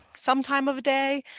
some time of day.